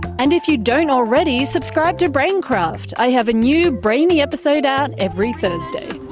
and if you don't already, subscribe to braincraft! i have a new brainy episode out every thursday.